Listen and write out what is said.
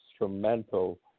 instrumental